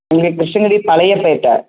எங்களுக்கு கிருஷ்ணகிரி பழையப் பேட்டை